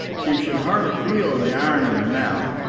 she should hardly feel the iron in her mouth.